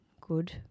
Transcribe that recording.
good